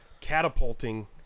catapulting